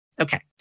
Okay